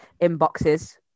inboxes